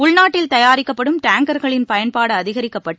உள்நாட்டில் தயாரிக்கப்படும் டேங்கர்களின் பயன்பாடு அதிகரிக்கப்பட்டு